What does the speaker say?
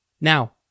Now